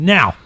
Now